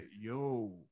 Yo